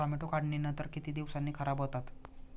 Tomato काढणीनंतर किती दिवसांनी खराब होतात?